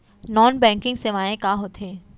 non banking सेवाएं का होथे